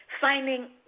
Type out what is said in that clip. finding